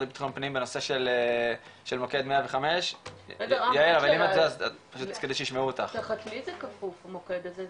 לביטחון פנים בנושא של מוקד 105. דובר: למי זה כפוף המוקד הזה?